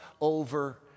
over